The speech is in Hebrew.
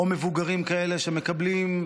או מבוגרים שמקבלים,